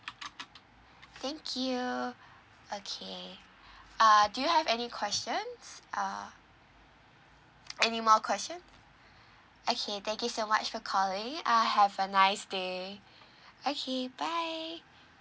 thank you okay uh do you have any questions uh anymore question okay thank you so much for calling uh have a nice day okay bye